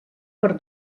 per